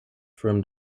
from